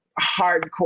hardcore